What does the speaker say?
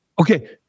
Okay